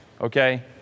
okay